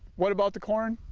what about the corn,